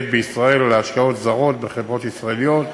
בישראל או על השקעות זרות בחברות ישראליות,